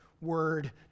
word